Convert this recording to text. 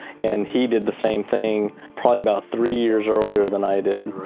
and he did the same thing probably about three years earlier than i did. right.